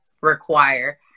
require